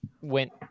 went